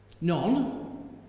None